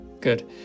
Good